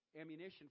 ammunition